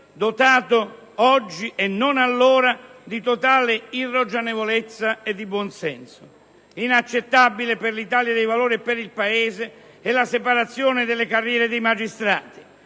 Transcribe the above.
dotato oggi, e non allora, di totale irragionevolezza e di mancanza di buonsenso. Inaccettabile per l'Italia dei Valori e per il Paese è la separazione delle carriere dei magistrati.